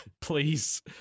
Please